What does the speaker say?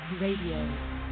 Radio